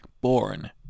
Born